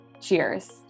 cheers